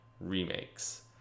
remakes